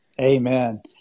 Amen